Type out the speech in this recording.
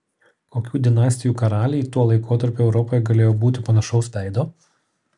kokių dinastijų karaliai tuo laikotarpiu europoje galėjo būti panašaus veido